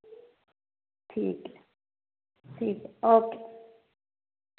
ठीक ऐ ठीक ऐ ओके